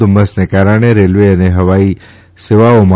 ધુમ્મસને કારણે રેલવે અને હવાઇ સેવાઓમાં